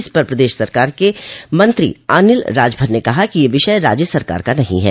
इस पर प्रदेश सरकार के मंत्री अनिल राजभर ने कहा कि यह विषय राज्य सरकार का नहीं है